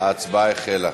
ההצבעה החלה.